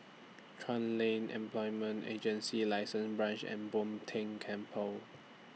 Chuan Lane Employment Agency lessen Branch and Bo Tien Temple